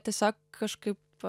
tiesiog kažkaip